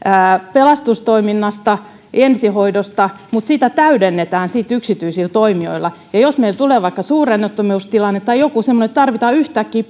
pelastustoiminnasta ja ensihoidosta mutta sitä täydennetään sitten yksityisillä toimijoilla jos meillä tulee vaikka suuronnettomuustilanne tai joku semmoinen että tarvitaan yhtäkkiä